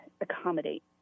accommodate